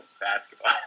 basketball